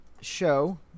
show